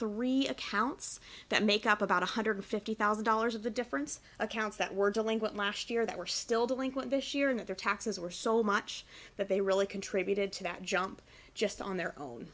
three accounts that make up about one hundred fifty thousand dollars of the difference accounts that were delinquent last year that were still delinquent this year in that their taxes were so much that they really contributed to that jump just on their own